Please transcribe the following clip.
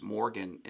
Morgan